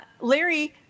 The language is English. Larry